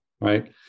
right